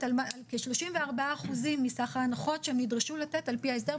על כ-34% מסך ההנחות שהם נדרשו לתת על פי ההסדר.